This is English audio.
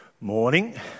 Morning